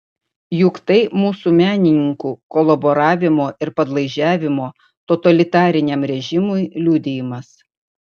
juk tai mūsų menininkų kolaboravimo ir padlaižiavimo totalitariniam režimui liudijimas